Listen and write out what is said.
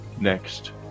next